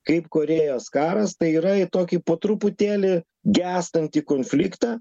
kaip korėjos karas tai yra į tokį po truputėlį gęstantį konfliktą